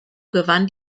gewann